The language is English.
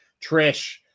Trish